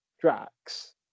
Drax